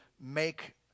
make